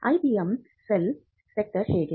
IPM cell setup ಹೇಗೆ